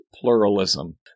pluralism